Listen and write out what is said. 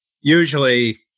usually